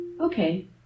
Okay